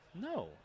No